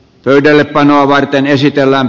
pöydällepanoa varten esitellään